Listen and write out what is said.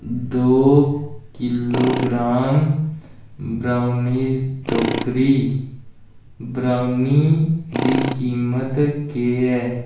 दो kilogram brownies टोकरी brownie दी कीमत केह् ऐ